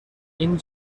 این